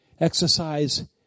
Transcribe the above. exercise